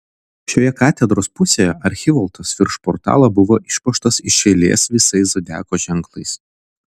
šioje katedros pusėje archivoltas virš portalo buvo išpuoštas iš eilės visais zodiako ženklais